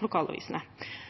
kr er